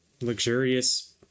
luxurious